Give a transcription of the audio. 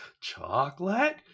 Chocolate